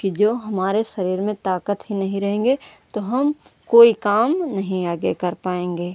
कि जो हमारे शरीर में ताकत ही नहीं रहेगी तो हम कोई काम नहीं आगे कर पाएंगे